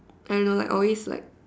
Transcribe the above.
I don't know like always like